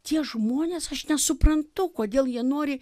tie žmonės aš nesuprantu kodėl jie nori